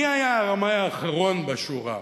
מי היה הרמאי האחרון בשורה,